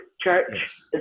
church